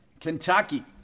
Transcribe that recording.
Kentucky